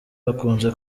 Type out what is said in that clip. bakunze